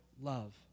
love